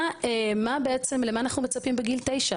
למה אנחנו מצפים בגיל תשע?